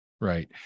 right